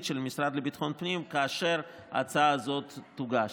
של המשרד לביטחון פנים כאשר ההצעה הזאת תוגש.